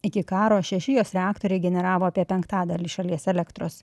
iki karo šeši jos reaktoriai generavo apie penktadalį šalies elektros